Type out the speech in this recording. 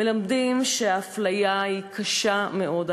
מלמדים שהאפליה היא קשה מאוד,